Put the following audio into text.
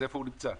אז איפה הוא נמצא?